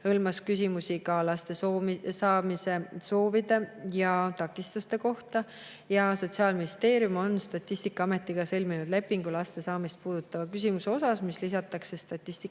ka küsimusi laste saamise soovide ja takistuste kohta. Sotsiaalministeerium on Statistikaametiga sõlminud lepingu laste saamist puudutava küsimuse kohta, mis lisatakse Statistikaameti